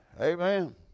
Amen